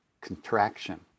contraction